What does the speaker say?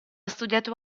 studiato